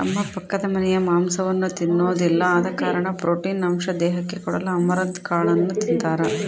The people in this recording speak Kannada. ನಮ್ಮ ಪಕ್ಕದಮನೆರು ಮಾಂಸವನ್ನ ತಿನ್ನೊದಿಲ್ಲ ಆದ ಕಾರಣ ಪ್ರೋಟೀನ್ ಅಂಶ ದೇಹಕ್ಕೆ ಕೊಡಲು ಅಮರಂತ್ ಕಾಳನ್ನು ತಿಂತಾರ